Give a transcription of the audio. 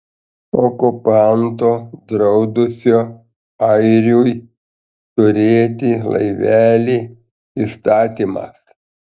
okupanto draudusio airiui turėti laivelį įstatymas